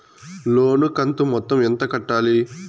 లోను కంతు మొత్తం ఎంత కట్టాలి?